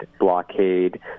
blockade